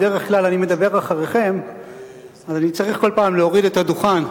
בדרך כלל אני מדבר אחריכם ובכל פעם אני צריך להוריד את הדוכן.